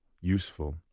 useful